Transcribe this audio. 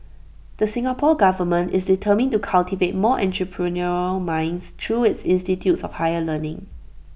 the Singapore Government is determined to cultivate more entrepreneurial minds through its institutes of higher learning